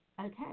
Okay